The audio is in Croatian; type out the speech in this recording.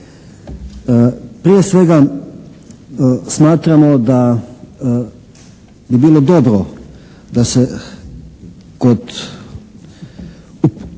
Prije svega, smatramo da bi bilo dobro da se kod upućivanja